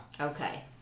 Okay